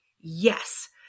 yes